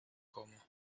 komme